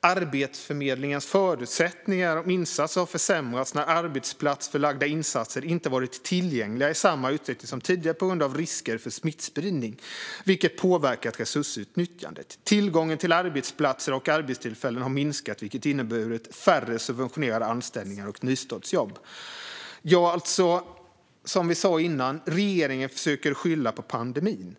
Arbetsförmedlingens förutsättningar att besluta om insatser har försämrats när arbetsplatsförlagda insatser inte varit tillgängliga i samma utsträckning som tidigare på grund av risker för smittspridning, vilket påverkat resursutnyttjandet. Tillgången till arbetsplatser och arbetstillfällen har minskat, vilket inneburit färre subventionerade anställningar och nystartsjobb." Ja, som vi sa innan: Regeringen försöker skylla på pandemin.